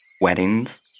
weddings